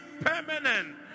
permanent